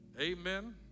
Amen